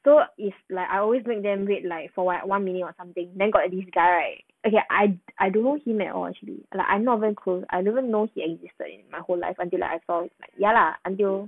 so it's like I always make them wait like for what one minute or something then got this guy right okay I I don't know him at all actually like I'm not even close I never know he existed in my whole life until I saw like ya lah until